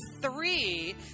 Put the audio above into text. three